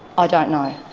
ah don't know.